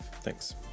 thanks